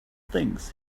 things